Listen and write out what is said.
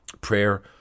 Prayer